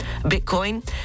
Bitcoin